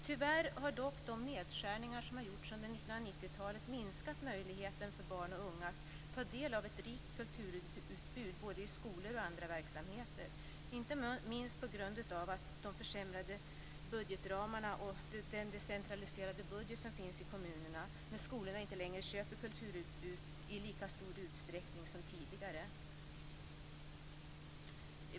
Tyvärr har dock de nedskärningar som gjorts under 1990-talet minskat möjligheten för barn och unga att ta del av ett rikt kulturutbud både i skolor och i andra verksamheter. Det har skett inte minst på grund av försämrade budgetramar och decentraliserade budgetar i kommunerna när skolorna inte längre köper kulturutbud i lika stor utsträckning som tidigare.